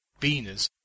Beaners